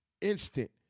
instant